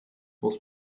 muss